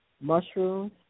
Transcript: mushrooms